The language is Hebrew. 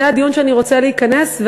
זה הדיון שאני רוצה להיכנס אליו.